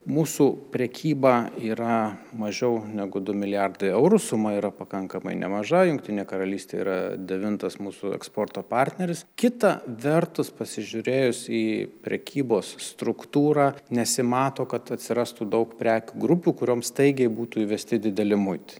mūsų prekyba yra mažiau negu du milijardai eurų suma yra pakankamai nemaža jungtinė karalystė yra devintas mūsų eksporto partneris kita vertus pasižiūrėjus į prekybos struktūrą nesimato kad atsirastų daug prekių grupių kurioms staigiai būtų įvesti dideli muitai